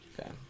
Okay